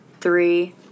three